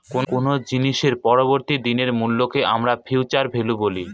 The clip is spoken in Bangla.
কোনো জিনিসের পরবর্তী দিনের মূল্যকে আমরা ফিউচার ভ্যালু বলি